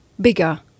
bigger